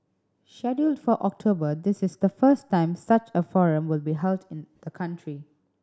scheduled for October this is the first time such a forum will be held in the country